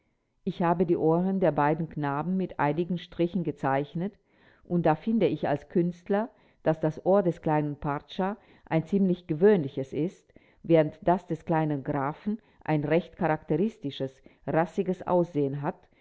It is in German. ich habe die ohren der beiden knaben mit einigen strichen gezeichnet und da finde ich als künstler daß das ohr des kleinen pracza ein ziemlich gewöhnliches ist während das des kleinen grafen ein recht charakteristisches rassiges aussehen hat